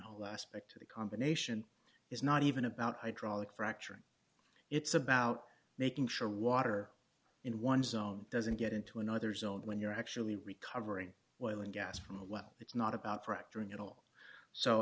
all aspect to the combination is not even about hydraulic fracturing it's about making sure water in one zone doesn't get into another zone when you're actually recovering oil and gas from the well it's not about fracturing at all so